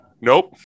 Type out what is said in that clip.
Nope